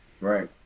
right